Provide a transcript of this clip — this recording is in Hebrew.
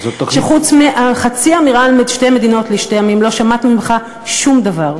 שחוץ מחצי אמירה על שתי מדינות לשני עמים לא שמענו ממך שום דבר,